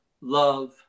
love